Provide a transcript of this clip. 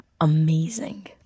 amazing